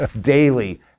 daily